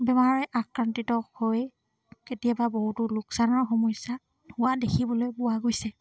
বেমাৰে আক্ৰান্তিত হৈ কেতিয়াবা বহুতো লোকচানৰ সমস্যা হোৱা দেখিবলৈ পোৱা গৈছে